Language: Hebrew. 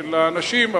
של האנשים,